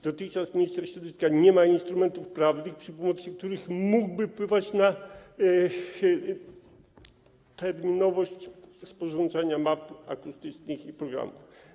Dotychczas minister środowiska nie ma instrumentów prawnych, za pomocą których mógłby wpływać na terminowość sporządzania map akustycznych i programów.